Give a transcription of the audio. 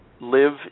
live